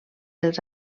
els